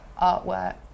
artwork